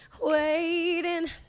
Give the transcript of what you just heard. waiting